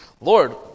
Lord